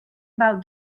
about